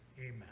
amen